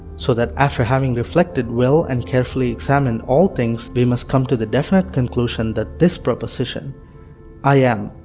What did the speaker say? so that after having reflected well and carefully examined all things, we must come to the definite conclusion that this proposition i am,